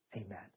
amen